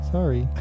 Sorry